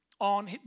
on